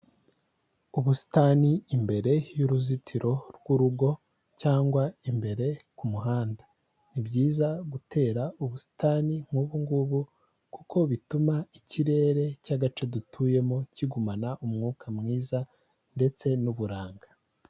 Ubusitani imbere y'uruzitiro rw'urugo cyangwa imbere ku muhanda, ni byiza gutera ubusitani nk'ubu ngubu kuko bituma ikirere cy'agace dutuyemo kigumana umwuka mwiza ndetse n'uburanga.